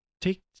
take